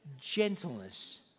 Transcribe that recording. gentleness